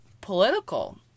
political